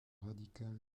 radicale